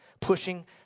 pushing